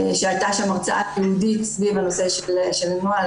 הייתה שם הרצאה ייעודית סביב הנושא של הנוהל,